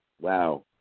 wow